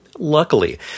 Luckily